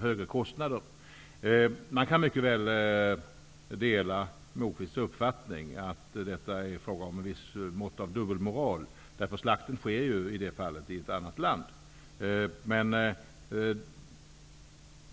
höga kostnader. Man kan mycket väl dela Lars Moquists uppfattning att detta innebär ett visst mått av dubbelmoral. Slakten sker ju i detta fall i ett annat land.